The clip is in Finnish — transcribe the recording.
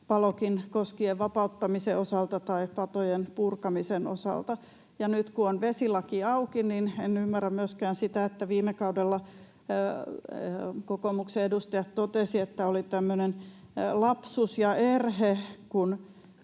Palokin koskien vapauttamisen osalta tai patojen purkamisen osalta. Ja nyt kun on vesilaki auki, niin en ymmärrä myöskään sitä, että kun viime kaudella kokoomuksen edustajat totesivat, että oli tämmöinen lapsus ja erhe,